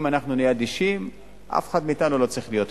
אם נהיה אדישים, אף אחד מאתנו לא צריך להיות פה,